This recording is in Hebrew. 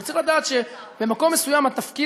אבל צריך לדעת שבמקום מסוים התפקיד